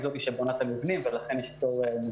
באופן כללי היא זו שבונה את המבנים ולכן יש פטור משכירות.